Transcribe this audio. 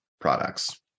products